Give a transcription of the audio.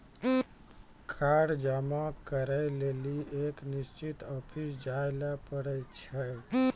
कर जमा करै लेली एक निश्चित ऑफिस जाय ल पड़ै छै